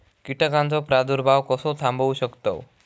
कीटकांचो प्रादुर्भाव कसो थांबवू शकतव?